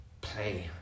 play